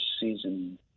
season